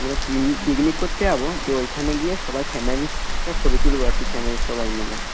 আমরা পিকনিক করতে যাব দিয়ে ওইখানে গিয়ে সবাই ফ্যামিলির ছবি তুলব আর কি ফ্যামিলির সবাই মিলে